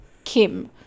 Kim